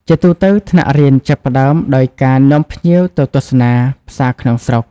ជាទូទៅ ថ្នាក់រៀនចាប់ផ្តើមដោយការនាំភ្ញៀវទៅទស្សនា ផ្សារក្នុងស្រុក ។